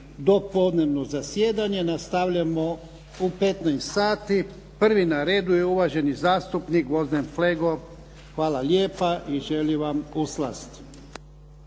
dopodnevno zasjedanje. Nastavljamo u 15 sati. Prvi na redu je uvaženi zastupnik Gvozden Flego. Hvala lijepa i želim vam u slast.